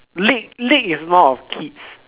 league league is more of kids